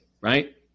right